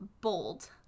bold